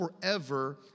forever